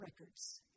records